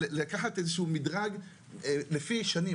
לקחת איזשהו מדרג לפי שנים.